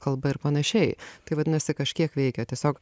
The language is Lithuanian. kalba ir panašiai tai vadinasi kažkiek veikia tiesiog